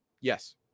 yes